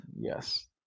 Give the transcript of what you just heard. Yes